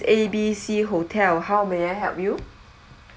A B C hotel how may I help you